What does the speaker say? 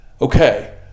okay